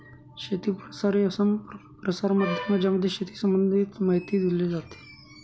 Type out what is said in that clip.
शेती प्रसार हे असं प्रसार माध्यम आहे ज्यामध्ये शेती संबंधित माहिती दिली जाते